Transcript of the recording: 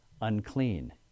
unclean